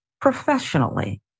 professionally